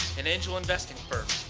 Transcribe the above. an angel investing firm.